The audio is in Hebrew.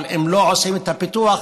אבל אם לא עושים את הפיתוח,